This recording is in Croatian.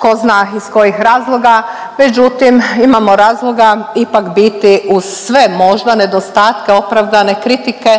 ko zna iz kojih razloga, međutim imamo razloga ipak biti uz sve možda nedostatke, opravdane kritike